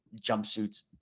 jumpsuits